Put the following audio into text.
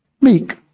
meek